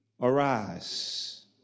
arise